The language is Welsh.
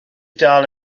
dal